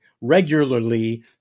regularly